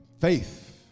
Faith